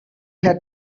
had